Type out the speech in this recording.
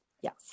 Yes